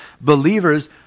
Believers